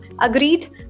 Agreed